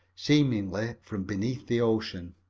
seemingly from beneath the ocean.